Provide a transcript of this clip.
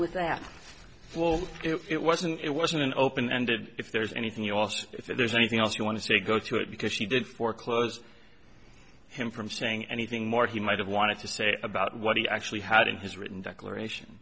with that well it wasn't it wasn't an open ended if there's anything else if there's anything else you want to say go to it because she did foreclose him from saying anything more he might have wanted to say about what he actually had in his written declaration